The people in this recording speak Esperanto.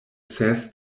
ses